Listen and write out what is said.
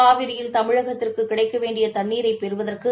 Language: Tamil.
காவிரியில் தமிழகத்திற்குகிடைக்கவேண்டியதண்ணீரைபெறுவதற்கு